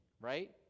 right